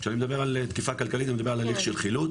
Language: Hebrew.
כשאני מדבר על תקיפה כלכלית אני מדבר על תהליך של חילוט.